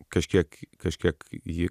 kažkiek kažkiek jį